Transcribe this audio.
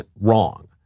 wrong